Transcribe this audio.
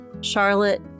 Charlotte